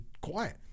quiet